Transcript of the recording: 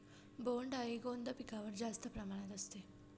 बोंडअळी कोणत्या पिकावर जास्त प्रमाणात असते?